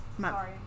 Sorry